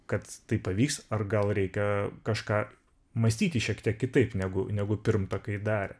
kad tai pavyks ar gal reikia kažką mąstyti šiek tiek kitaip negu negu pirmtakai darė